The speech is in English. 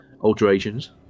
alterations